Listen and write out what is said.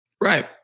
Right